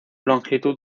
longitud